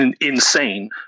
insane